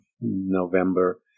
November